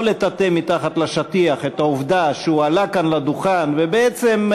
לטאטא מתחת לשטיח את העובדה שהוא עלה כאן לדוכן ובעצם,